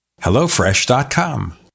HelloFresh.com